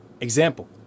example